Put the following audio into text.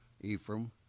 Ephraim